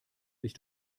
sich